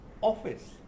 office